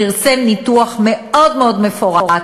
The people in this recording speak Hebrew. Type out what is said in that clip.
פרסם ניתוח מאוד מאוד מפורט